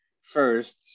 first